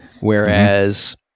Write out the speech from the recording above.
whereas